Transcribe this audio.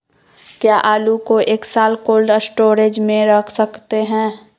क्या आलू को एक साल कोल्ड स्टोरेज में रख सकते हैं?